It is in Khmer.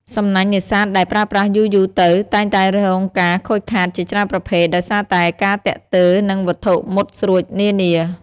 សំណាញ់នេសាទដែលប្រើប្រាស់យូរៗទៅតែងតែរងការខូចខាតជាច្រើនប្រភេទ ដោយសារតែការទាក់ទើរនឹងវត្ថុមុតស្រួចនានា។